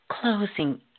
Closing